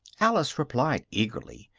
alice replied eagerly,